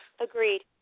Agreed